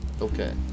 Okay